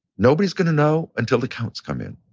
nobody's gonna know until the counts come in.